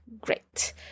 Great